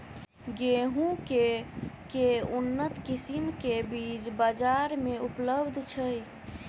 गेंहूँ केँ के उन्नत किसिम केँ बीज बजार मे उपलब्ध छैय?